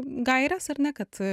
gaires ar ne kad